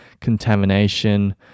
contamination